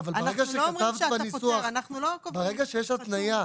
ברגע שיש הפניה,